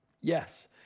Yes